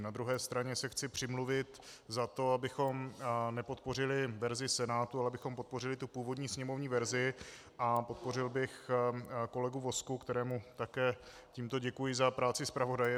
Na druhé straně se chci přimluvit za to, abychom nepodpořili verzi Senátu, ale abychom podpořili původní sněmovní verzi, a podpořil bych kolegu Vozku, kterému také tímto děkuji za práci zpravodaje.